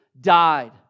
died